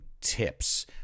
tips